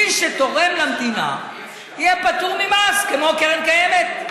מי שתורם למדינה יהיה פטור ממס, כמו קרן קיימת,